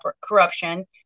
corruption